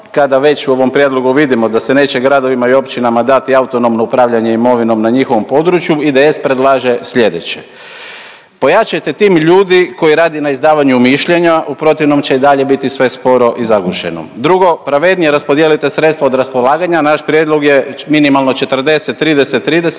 kada već u ovom prijedlogu vidimo da se neće gradovima i općinama dati autonomno upravljanje imovinom na njihovom području IDS predlaže slijedeće. Pojačajte tim ljudi koji radi na izdavanju mišljenja, u protivnom će i dalje biti sve sporo i zagušeno. Drugo, pravednije raspodijelite sredstva od raspolaganja, naš prijedlog je minimalno 40:30:30